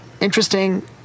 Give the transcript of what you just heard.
interesting